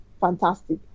fantastic